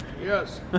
Yes